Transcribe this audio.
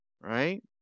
right